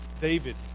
david